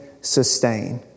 sustain